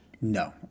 No